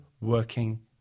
working